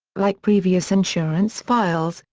like previous insurance files,